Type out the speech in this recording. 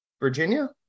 Virginia